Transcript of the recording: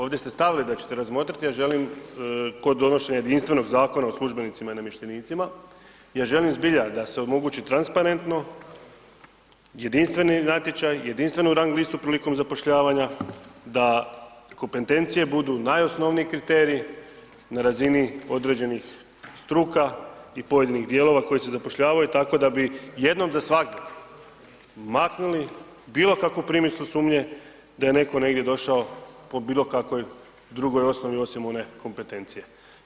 Ovdje ste stavili da ćete razmotriti, a želim kod donošenje jedinstvenog zakona o službenicima i namještenicima, ja želim zbilja da se omogući transparentno, jedinstveni natječaj, jedinstvenu rang listu prilikom zapošljavanja, da kompetencije budu najosnovniji kriterij, na razini određenih struka i pojedinih dijelova koji se zapošljavaju, tako da bi jednom za svagdje, maknuli bilo kakvu primislu sumnje, da je netko negdje došao, po bilo kakvoj drugoj osnovni osim one kompetencije.